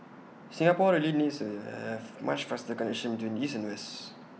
Singapore really needs to have A much faster connection to east and west